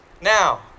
now